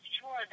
Sure